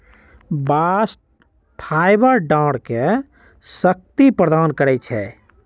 bast fibre डांरके शक्ति प्रदान करइ छै